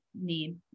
need